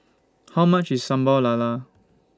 How much IS Sambal Lala